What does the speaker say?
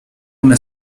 una